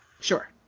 Sure